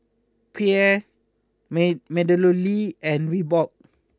Perrier may MeadowLea and Reebok